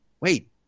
wait